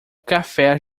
café